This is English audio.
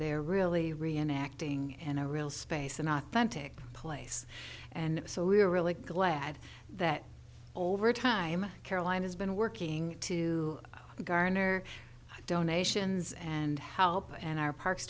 they're really reenacting in a real space and authentic place and so we're really glad that over time caroline has been working to garner donations and help and our parks